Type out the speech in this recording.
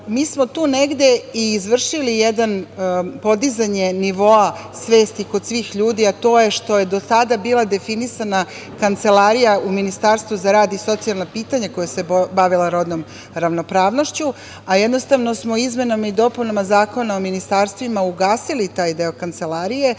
mi smo tu negde izvršili podizanje nivoa svesti kod svih ljudi, a to je što do tada bila definisana kancelarija u Ministarstvu za rad i socijalna pitanja koja se bavila rodnom ravnopravnošću, a jednostavno smo izmenama i dopunama Zakona o ministarstvima ugasili taj deo kancelarije